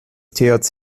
thc